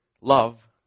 Love